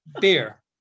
beer